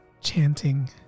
chanting